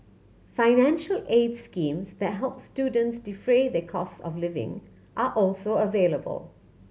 financial aid schemes that help students defray their cost of living are also available